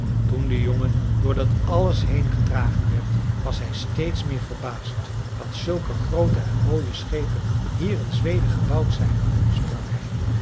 toen de jongen door dat alles heengedragen werd was hij steeds meer verbaasd dat zulke groote en mooie schepen hier in zweden gebouwd zijn sprak